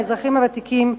האזרחים הוותיקים,